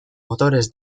motores